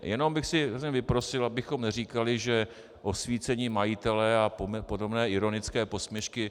Jenom bych si vyprosil, abychom neříkali, že osvícení majitelé a podobné ironické posměšky...